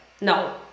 no